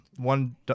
One